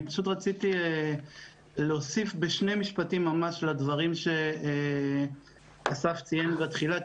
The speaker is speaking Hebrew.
רציתי להוסיף בשני משפטים לדברים שאסף ציין בתחילה,